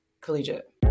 collegiate